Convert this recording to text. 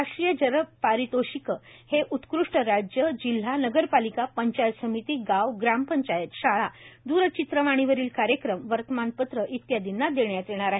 राष्ट्रीय जलपारितोषिके हे उत्कृष्ट राज्य जिल्हा नगरपालिका पंचायत समिती गाव ग्रामपंचायत शाळा द्रचित्रवाणीवरील कार्यक्रम वर्तमानपत्र इत्यादींना देण्यात येणार आहेत